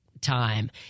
time